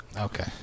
Okay